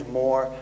more